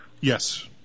yes